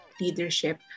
leadership